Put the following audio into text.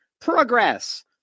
progress